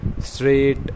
straight